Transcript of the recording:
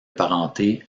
parenté